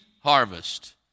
harvest